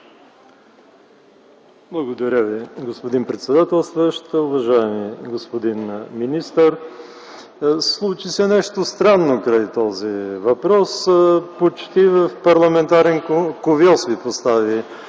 Благодаря Ви, господин председател. Уважаеми господин министър, случи се нещо странно по този въпрос: почти в парламентарен кувьоз Ви постави